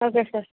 okay sir